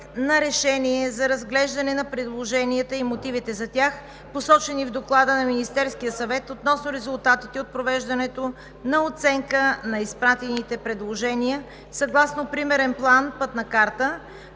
на решение за разглеждане на предложенията и мотивите за тях, посочени в Доклада на Министерския съвет относно резултатите от провеждането на оценка на изпратените предложения съгласно Примерен план (Пътна карта)